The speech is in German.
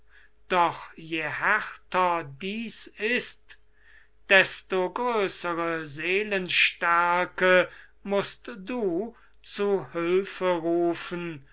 doch je härter dies ist desto größere seelenstärke mußt du zu hülfe rufen